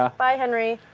ah bye henry,